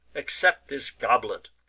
accept this goblet,